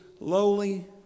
lowly